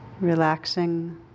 relaxing